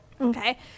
okay